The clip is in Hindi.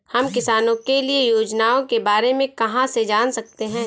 हम किसानों के लिए योजनाओं के बारे में कहाँ से जान सकते हैं?